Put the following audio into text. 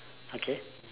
okay